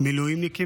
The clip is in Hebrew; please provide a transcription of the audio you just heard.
מילואימניקים